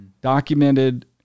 documented